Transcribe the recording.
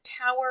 tower